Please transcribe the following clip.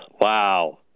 Wow